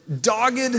dogged